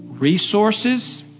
Resources